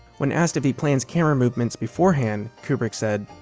when asked if he plans camera movements beforehand, kubrick said,